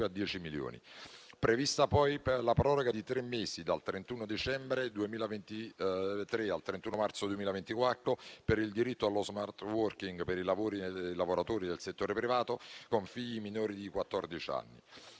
a 10 milioni. È prevista poi la proroga di tre mesi, dal 31 dicembre 2023 al 31 marzo 2024, per il diritto allo *smart working* per i lavoratori del settore privato con figli minori di